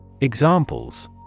Examples